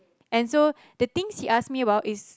and so the things he asked me about is